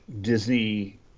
Disney